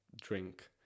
drink